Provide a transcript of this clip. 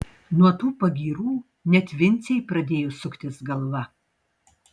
nuo tų pagyrų net vincei pradėjo suktis galva